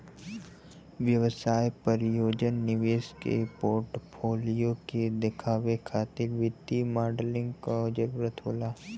व्यवसाय परियोजना निवेश के पोर्टफोलियो के देखावे खातिर वित्तीय मॉडलिंग क जरुरत होला